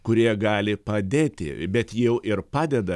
kurie gali padėti bet jau ir padeda